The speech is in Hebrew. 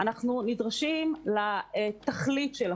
אנחנו נדרשים לתכלית של החוק.